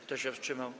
Kto się wstrzymał?